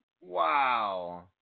Wow